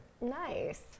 Nice